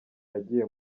agiye